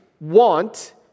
want